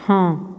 ਹਾਂ